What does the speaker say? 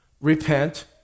repent